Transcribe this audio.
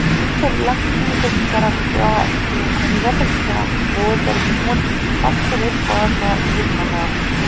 أسۍ چھِ لَکچہِ عیٖز دۄہ چھِ کران أسۍ پوان اَسہِ کٲم کَرٕنۍ رٮ۪تَس چھُ پٮ۪وان اَسہِ روزدر بِہُن پَتہٕ چھُ رٮ۪تہٕ پَتہٕ پٮ۪وان عیٖد مَناوٕنۍ